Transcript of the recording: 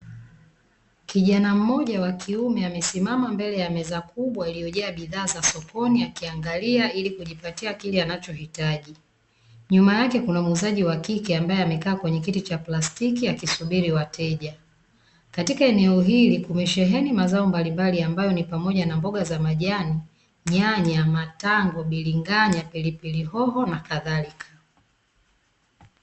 Kijana mmoja wa kiume amesimama mbele ya meza kubwa iliyojaa bidhaa za sokoni akiangalia ili kujipatia kile anachohitaji. Nyuma yake kuna muuzaji wa kike ambaye amekaa kwenye kiti cha plastiki akisubiri wateja. Katika eneo hili kumesheheni mazao mbalimbali ambayo ni pamoja na mboga za majani, nyanya, matango, bilinganya, pilipili hoho na kadhalika.